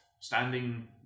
standing